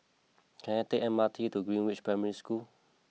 can I take M R T to Greenridge Primary School